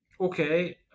Okay